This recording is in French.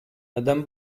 madame